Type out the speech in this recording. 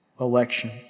election